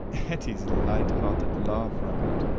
etty's light-hearted laugh rung out,